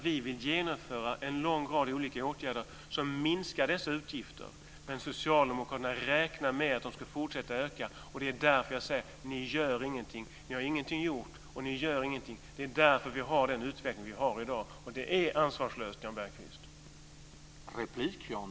Vi vill genomföra en lång rad olika åtgärder som minskar dessa utgifter, men socialdemokraterna räknar med att de ska fortsätta att öka. Det är därför jag säger att ni inte gör någonting, att ni ingenting har gjort. Det är därför vi har den utveckling vi har i dag. Det är ansvarslöst, Jan